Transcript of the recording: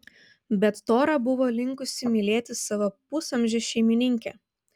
bet tora buvo linkusi mylėti savo pusamžę šeimininkę